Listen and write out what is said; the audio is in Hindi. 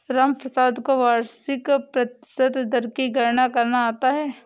रामप्रसाद को वार्षिक प्रतिशत दर की गणना करना आता है